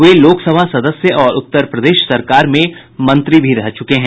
वे लोकसभा सदस्य और उत्तर प्रदेश सरकार में मंत्री भी रह चुके हैं